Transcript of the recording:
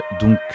donc